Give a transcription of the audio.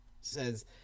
says